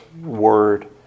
Word